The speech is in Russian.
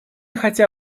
хотя